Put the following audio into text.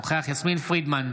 אינו נוכח יסמין פרידמן,